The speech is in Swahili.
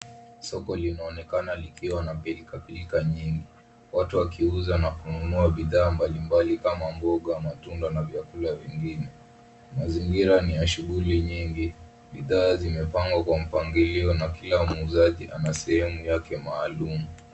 Soko linaonekana likiwa na pilka pilka nyingi. Watu wakiuza na kununua bidhaa mbalimbali kama mboga, matunda na vyakula vingine. Mazingira ni ya shughuli nyingi. Bidhaa zimepangwa kwa mpangilio na kila muuzaji ana sehemu yake maalum.